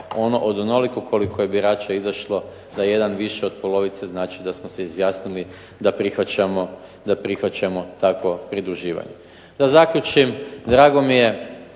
ono od onoliko koliko je birača izišlo da jedan više od polovice znači da smo se izjasnili da prihvaćamo takvo pridruživanje. Da zaključim, drago mi je